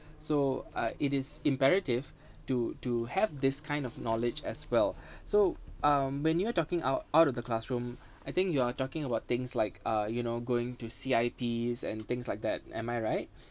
so uh it is imperative to to have this kind of knowledge as well so um when you were talking out out of the classroom I think you are talking about things like uh you know going to C_I_P's and things like that am I right